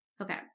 Okay